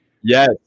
Yes